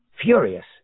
furious